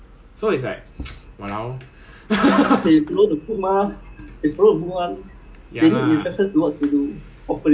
ya so the few of us that are a bit more street smart [one] we will guide them lah like actually you can do this actually you can do that